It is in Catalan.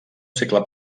segle